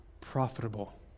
profitable